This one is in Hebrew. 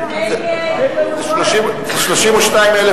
חיפה), לשנת הכספים 2011,